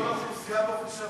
אתה הורדת אותי מהדוכן,